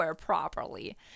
properly